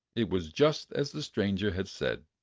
it was just as the stranger had said.